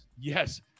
yes